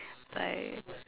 like